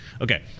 okay